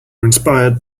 inspired